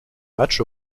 match